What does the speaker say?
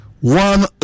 one